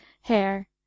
hair